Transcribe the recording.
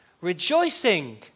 rejoicing